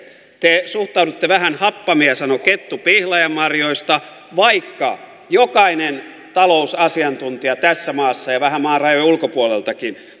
te suhtaudutte niin että vähän happamia sanoi kettu pihlajanmarjoista vaikka jokainen talousasiantuntija tässä maassa ja vähän maan rajojen ulkopuoleltakin